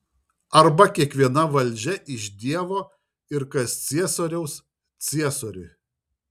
arba kiekviena valdžia iš dievo ir kas ciesoriaus ciesoriui